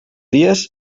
dies